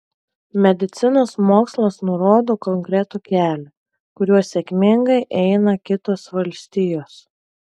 medicinos mokslas nurodo konkretų kelią kuriuo sėkmingai eina kitos valstijos